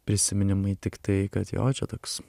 prisiminimai tiktai kad jo čia toks